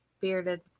Bearded